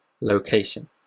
location